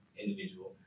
individual